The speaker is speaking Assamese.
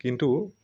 কিন্তু